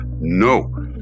no